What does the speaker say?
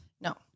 no